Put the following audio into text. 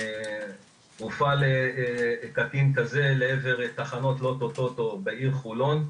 הופעל קטין כזה לעבר תחנות לוטו-טוטו בעיר חולון,